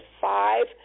five